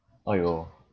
!aiyo!